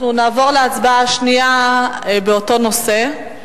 אנחנו נעבור להצבעה שנייה באותו נושא.